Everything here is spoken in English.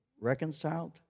reconciled